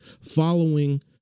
following